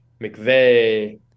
McVeigh